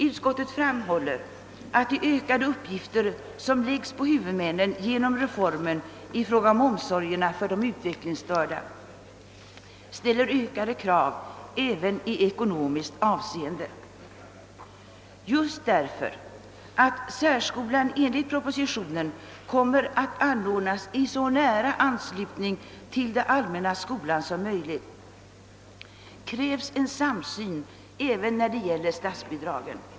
Utskottet framhåller: »De ökade uppgifter som läggs på huvudmännen genom reformen i fråga om omsorgerna för de utvecklingsstörda ställer ökade krav även i ekonomiskt avseende på huvudmännen.» Just därför att särskolan enligt propositionen kommer att anordnas i så nära anslutning till den allmänna skolan som möjligt krävs en samsyn även när det gäller statsbidragen.